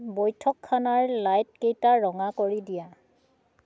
বৈঠকখনৰ লাইটকেইটা ৰঙা কৰি দিয়া